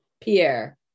pierre